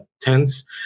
tense